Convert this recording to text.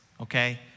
okay